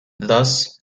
thus